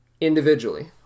individually